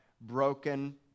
broken